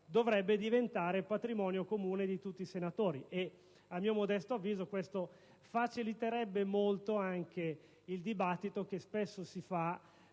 dovrebbe diventare patrimonio comune di tutti i senatori. A mio modesto avviso, ciò faciliterebbe molto anche il dibattito, che spesso si